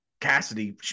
Cassidy